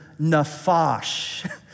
nefash